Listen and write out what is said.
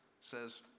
says